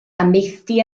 amaethdy